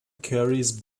carries